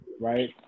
right